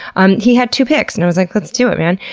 and he had two picks and i was like, let's do it, man!